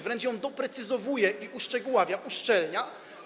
Wręcz ją doprecyzowuje i uszczegóławia, uszczelnia.